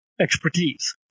expertise